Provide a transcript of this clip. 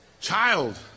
Child